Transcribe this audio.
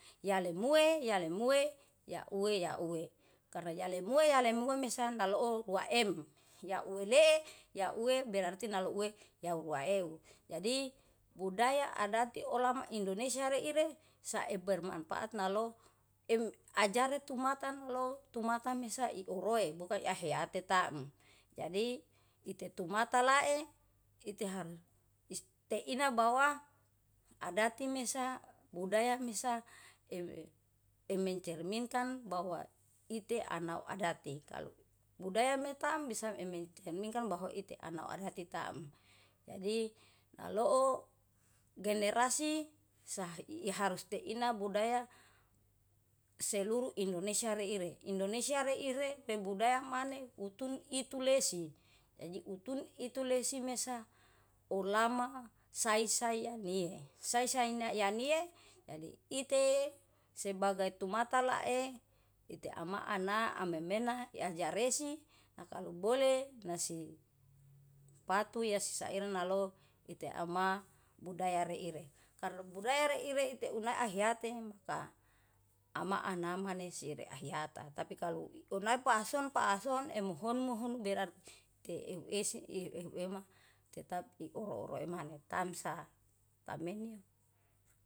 Yalemue-yalemue yauwe-yauwe karena yelemue-yalemue mesa naloo waem, yauwe lee yauwe berarti naloue yau waeu. Jadi budaya adati olama indonesia reire saibermanpaat nalo em ajare tumata nalou tumata mesa ioroi bukan iaheyate taem. Jadi ite tumata lae ite haru isteina bawa adati mesa budaya mesa e mencerminkan bahwa ite anau adati, kalu budaya metam bisa e mencrminkan bahwa ite anau adati taem. Jadi naloo generasi iharus teina budaya seluruh indonesia reire, indonesia reire pebudaya maneh utun itulesi. Jadi utun itu lesi mesah olama sai-sai yanie. Sai-sai yanie jadi ite sebagai tumata lae ite ama ana amemena yajaresi nakalu boleh nasi patu yasi saire nalo ite ama budaya reire, kalu budaya reire ite unai ahiyate muka ama ana manesir iahayata. Tapi kalu unai pahson-pahson emuhun muhun berarti euw esi euhu ema tetap era-ora imami tamsa tamene.